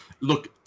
look